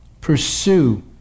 pursue